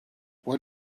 what